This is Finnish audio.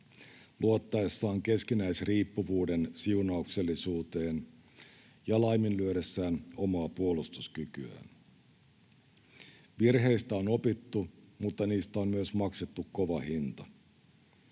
luottaessaan keskinäisriippuvuuden siunauksellisuuteen ja laiminlyödessään omaa puolustuskykyään. Virheistä on opittu, mutta niistä on myös maksettu kova hinta.